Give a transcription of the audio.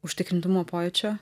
užtikrintumo pojūčio